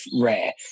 rare